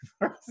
first